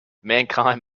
mankind